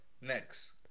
next